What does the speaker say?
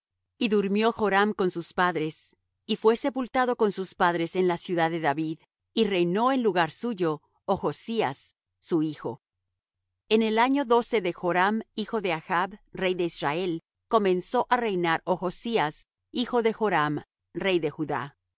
y durmió joram con sus padres y fué sepultado con sus padres en la ciudad de david y reinó en lugar suyo ochzías su hijo en el año doce de joram hijo de achb rey de israel comenzó á reinar ochzías hijo de joram rey de judá